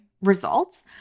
results